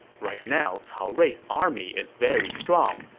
right now, cao rui's army is very strong.